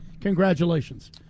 Congratulations